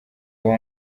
uwo